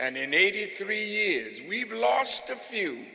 and in eighty three years we've lost a few